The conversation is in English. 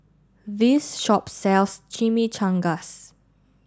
this shop sells Chimichangas